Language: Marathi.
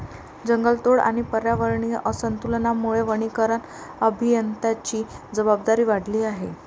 जंगलतोड आणि पर्यावरणीय असंतुलनामुळे वनीकरण अभियंत्यांची जबाबदारी वाढली आहे